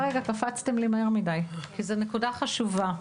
זו נקודה חשובה.